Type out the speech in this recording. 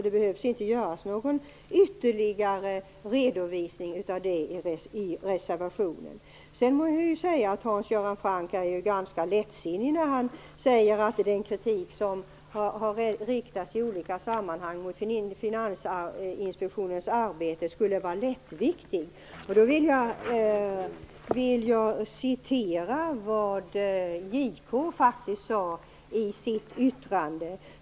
Det behövs alltså inte någon ytterligare redovisning av det i reservationen. Sedan må jag säga att Hans Göran Franck är ganska lättsinnig när han säger att den kritik som i olika sammanhang har riktats mot Finansinspektionens arbete skulle vara lättviktig. Jag skall återge vad JK faktiskt har sagt i sitt yttrande.